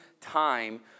time